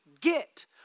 get